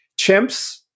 Chimps